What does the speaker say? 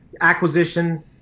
acquisition